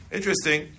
Interesting